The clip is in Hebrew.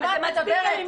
על מה את מדברת?